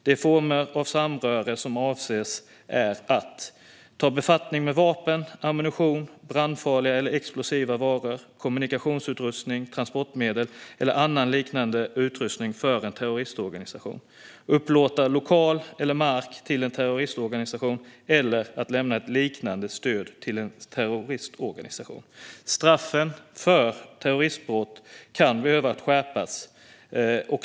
De former av samröre som avses är att ta befattning med vapen, ammunition, brandfarliga eller explosiva varor, kommunikationsutrustning, transportmedel eller annan liknande utrustning för en terroristorganisation upplåta lokal eller mark till en terroristorganisation eller lämna liknande stöd till en terroristorganisation. Straffen för terroristbrott kan behöva skärpas.